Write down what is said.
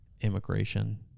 Immigration